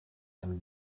and